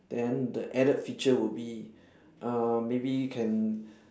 then the added feature will be uh maybe can